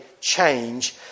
change